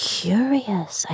curious